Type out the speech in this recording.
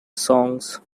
songs